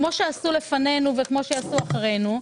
כפי שעשו לפנינו וכפי שיעשו אחרינו,